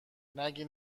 نگی